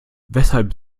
weshalb